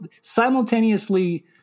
simultaneously